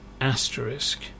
asterisk